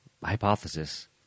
hypothesis